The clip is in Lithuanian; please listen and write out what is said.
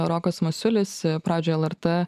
rokas masiulis pradžioj lrt